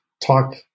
talk